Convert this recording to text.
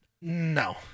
No